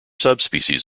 subspecies